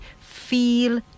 feel